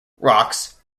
rocks